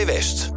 West